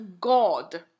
God